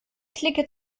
clique